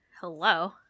hello